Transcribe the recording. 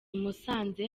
musanze